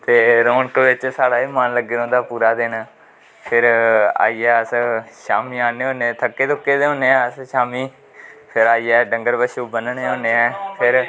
ते रौनक बिच्च साढ़े मन लग्गे दा रौंहदा पुरा दिन फिर आई ऐ अस शामीं आह्ने होन्ने थक्के दे होन्ने अस शामीं फिर आइयै डंगर बच्छू बनने होन्ने फिर